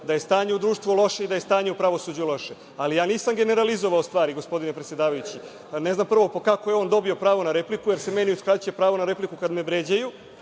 da je stanje u društvu loše i da je stanje u pravosuđu loše, ali nisam generalizovao stvari, gospodine predsedavajući. Prvo, ne znam kako je on dobio pravo na repliku, jer se meni uskraćuje pravo na repliku kada me vređaju.